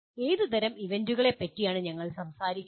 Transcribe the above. ഏത് തരം ഈവൻ്റുകളെ പറ്റിയാണ് ഞങ്ങൾ സംസാരിക്കുന്നത്